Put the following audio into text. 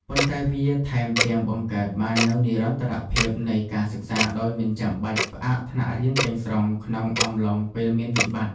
ប៉ុន្តែវាថែមទាំងបង្កើតបាននូវនិរន្តរភាពនៃការសិក្សាដោយមិនចាំបាច់ផ្អាកថ្នាក់រៀនទាំងស្រុងក្នុងអំឡុងពេលមានវិបត្តិ។